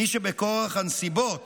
מי שבכורח הנסיבות